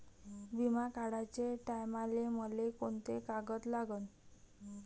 बिमा काढाचे टायमाले मले कोंते कागद लागन?